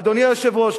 אדוני היושב-ראש,